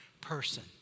person